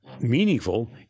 meaningful